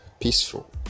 peaceful